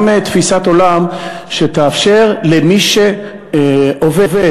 גם תפיסת עולם שתאפשר למי שעובד,